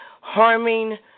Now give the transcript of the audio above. harming